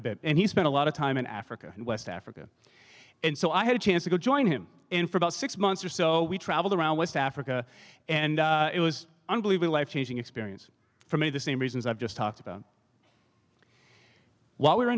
a bit and he spent a lot of time in africa and west africa and so i had a chance to go join him in for about six months or so we traveled around west africa and it was unbelievable life changing experience for me the same reasons i've just talked about what we were